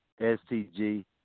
STG